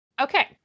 Okay